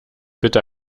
bitte